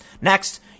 Next